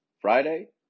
Friday